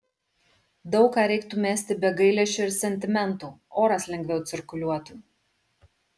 daug ką reiktų mesti be gailesčio ir sentimentų oras lengviau cirkuliuotų